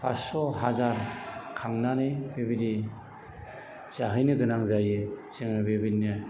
पाचस' हाजार खांनानै बेबायदि जाहैनो गोनां जायो जोङो बेबायदिनो